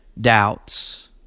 doubts